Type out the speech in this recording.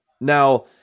Now